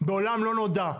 בעולם לא נודע,